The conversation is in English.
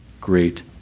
great